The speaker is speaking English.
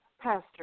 Pastor